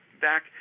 back